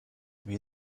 wie